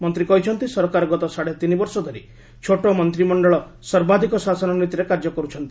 ମନ୍ତ୍ରୀ କହିଛନ୍ତି ସରକାର ଗତ ସାଢ଼େ ତିନି ବର୍ଷ ଧରି ଛୋଟ ମନ୍ତ୍ରୀମଣ୍ଡଳ ସର୍ବାଧିକ ଶାସନ ନୀତିରେ କାର୍ଯ୍ୟ କରୁଛନ୍ତି